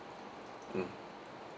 mm